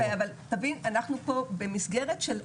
אבל תבין, אנחנו פה במסגרת של המון,